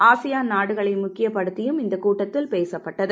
ASEAN நாடுகளை முக்கியப்படுத்தியும் இந்தக் கூட்டத்தில் பேசப்பட்டது